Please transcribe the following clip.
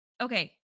Okay